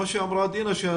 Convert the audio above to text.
דינה אמרה,